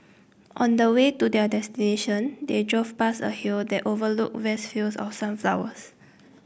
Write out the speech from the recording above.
on the way to their destination they drove past a hill that overlooked vast fields of sunflowers